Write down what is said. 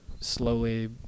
slowly